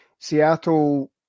Seattle